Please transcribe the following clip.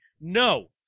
No